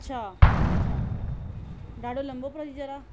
अछा अछा ॾाढो लंबो प्रोसीजर आहे